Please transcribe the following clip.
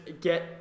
get